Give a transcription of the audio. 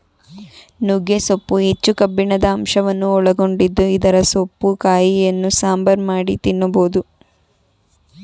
ನುಗ್ಗೆ ಸೊಪ್ಪು ಹೆಚ್ಚು ಕಬ್ಬಿಣದ ಅಂಶವನ್ನು ಒಳಗೊಂಡಿದ್ದು ಇದರ ಸೊಪ್ಪು ಕಾಯಿಯನ್ನು ಸಾಂಬಾರ್ ಮಾಡಿ ತಿನ್ನಬೋದು